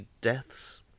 deaths